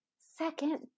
second